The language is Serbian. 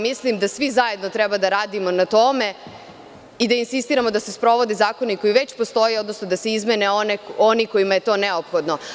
Mislim da svi zajedno treba da radimo na tome i da insistiramo da se sprovode zakoni koji već postoje, odnosno da se izmene oni kojima je to neophodno.